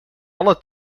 alle